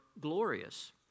glorious